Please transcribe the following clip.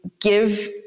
give